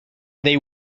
they